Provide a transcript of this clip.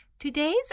Today's